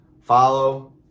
Follow